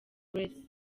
grace